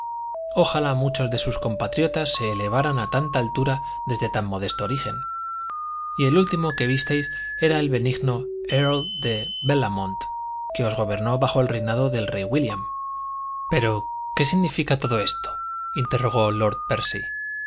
ojalá muchos de sus compatriotas se elevaran a tanta altura desde tan modesto origen y el último que visteis era el benigno earl de béllamont que nos gobernó bajo el reinado del rey wílliam pero qué significa todo esto interrogó lord percy